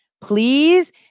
Please